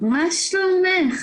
מה שלומך?